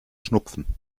schnupfen